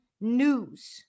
news